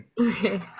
Okay